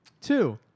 Two